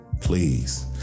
Please